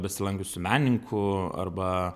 besilankiusių menininkų arba